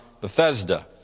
Bethesda